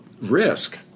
risk